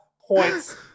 points